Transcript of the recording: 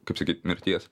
kaip sakyt mirties